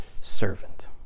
servant